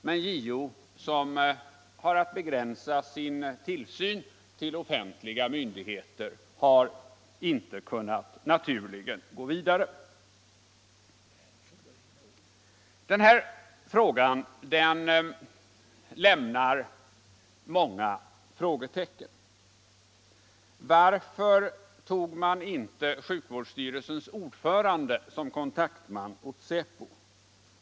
Men JO, som har att begränsa sin tillsyn till offentliga myndigheter, har naturligen inte kunnat gå vidare. Den här frågan reser många frågetecken. Varför tog man inte kontakt med sjukvårdsstyrelsens ordförande?